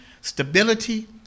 stability